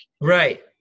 Right